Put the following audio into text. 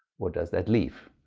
what does that leave.